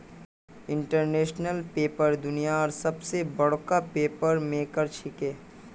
international paper दुनियार सबस बडका पेपर मेकर छिके